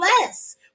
less